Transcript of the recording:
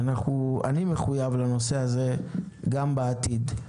אני מחויב לנושא הזה גם בעתיד.